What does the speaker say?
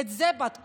את זה בדקו?